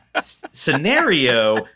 scenario